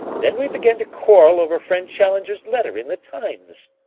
then we began to quarrel over friend challenger's letter in the times.